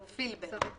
כפי שהעיר לי חבר הכנסת